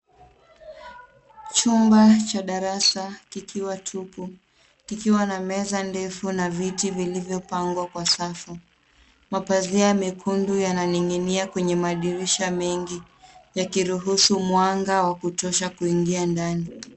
Chumba cha darasa kikiwa tupu. Kikiwa na meza ndefu na viti vilivyo pangwa kwa safu. Mapazia mekundu yananing'inia kwenye madirisha mengi yakiruhusu mwanga wa kutosha kuingia ndani.